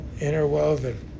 interwoven